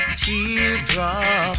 teardrop